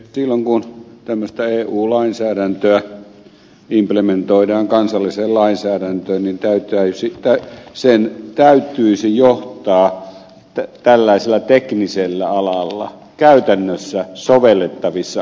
silloin kun tämmöistä eu lainsäädäntöä implementoidaan kansalliseen lainsäädäntöön sen täytyisi johtaa tällaisella teknisellä alalla käytännössä sovellettavissa olevaan ratkaisuun